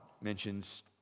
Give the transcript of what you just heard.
mentions